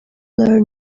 learn